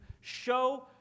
show